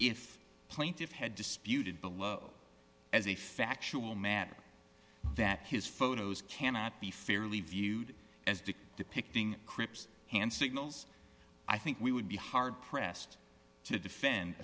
if plaintive had disputed below as a factual matter that his photos cannot be fairly viewed as dick depicting cripps hand signals i think we would be hard pressed to defend